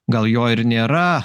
gal jo ir nėra